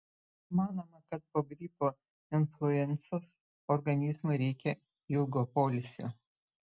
manoma kad po gripo influencos organizmui reikia ilgo poilsio